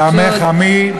ועמך עמי,